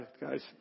guys